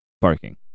parking